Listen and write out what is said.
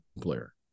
player